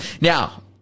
Now